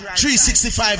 365